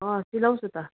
अँ सिलाउँछु त